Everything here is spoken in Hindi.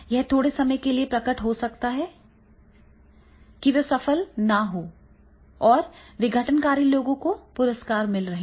यह थोड़े समय के लिए प्रकट हो सकता है कि वे सफल नहीं हैं और विघटनकारी लोगों को पुरस्कार मिल रहे हैं